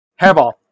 Hairball